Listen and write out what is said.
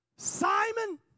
Simon